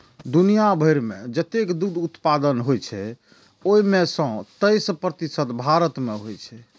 दुनिया भरि मे जतेक दुग्ध उत्पादन होइ छै, ओइ मे सं तेइस प्रतिशत भारत मे होइ छै